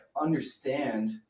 understand